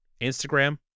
Instagram